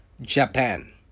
japan